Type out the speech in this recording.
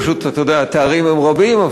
פשוט, אתה יודע, התארים הם רבים.